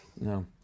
No